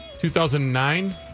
2009